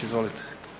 Izvolite.